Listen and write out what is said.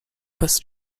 bez